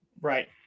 Right